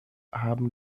haben